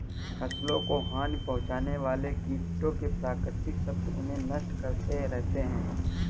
फसलों को हानि पहुँचाने वाले कीटों के प्राकृतिक शत्रु उन्हें नष्ट करते रहते हैं